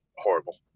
horrible